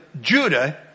Judah